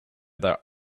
their